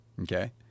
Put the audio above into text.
okay